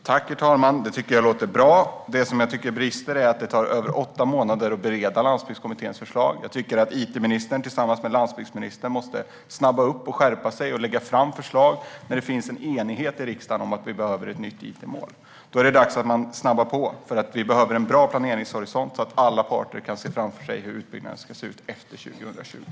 Herr talman! Det tycker jag låter bra! Det jag tycker brister är att det tar över åtta månader att bereda Landsbygdskommitténs förslag. Jag tycker att it-ministern tillsammans med landsbygdsministern måste snabba på, skärpa sig och lägga fram förslag, när det finns en enighet i riksdagen om att vi behöver ett nytt it-mål. Då är det dags att man snabbar på. Vi behöver en bra planeringshorisont, så att alla parter kan se framför sig hur utbyggnaden ska se ut efter 2020.